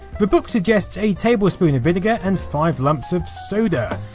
the book suggests a table spoon of vinegar and five lumps of soda.